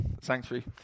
Sanctuary